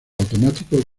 automático